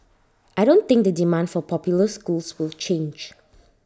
I don't think the demand for popular schools will change